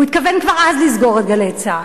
הוא התכוון כבר אז לסגור את "גלי צה"ל".